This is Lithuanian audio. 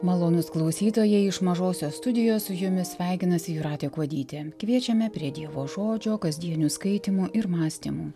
malonūs klausytojai iš mažosios studijos su jumis sveikinasi jūratė kuodytė kviečiame prie dievo žodžio kasdienių skaitymų ir mąstymų